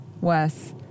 Wes